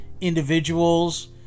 individuals